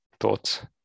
thoughts